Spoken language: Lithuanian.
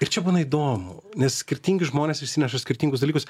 ir čia būna įdomu nes skirtingi žmonės išsineša skirtingus dalykus